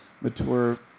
mature